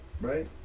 Right